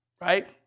right